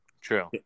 True